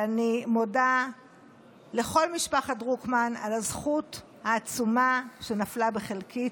ואני מודה לכל משפחת דרוקמן על הזכות העצומה שנפלה בחלקי.